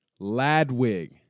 Ladwig